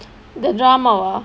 the drama வா:vaa